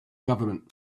government